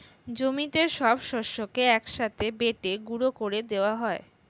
জমিতে সব শস্যকে এক সাথে বেটে গুঁড়ো করে দেওয়া হয়